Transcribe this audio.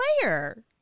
player